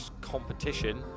Competition